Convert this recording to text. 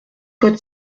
code